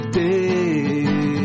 day